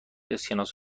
اسکناس